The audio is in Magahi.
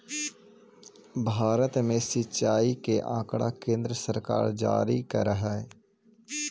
भारत में सिंचाई के आँकड़ा केन्द्र सरकार जारी करऽ हइ